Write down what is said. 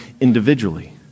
individually